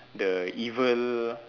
the evil